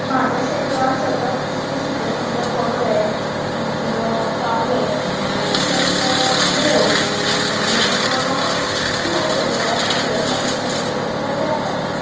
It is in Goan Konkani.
म्हज्या क्षेत्रांत सतत दिसपी सुकणीं म्हणल्यार बगळे मागीर कावळे तशेंच मोर आनीक आनीक खूब तरेचे येतात पूण हे सामके स्पेसिफीक हे खुबदा येतात